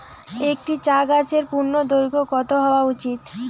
একটি চা গাছের পূর্ণদৈর্ঘ্য কত হওয়া উচিৎ?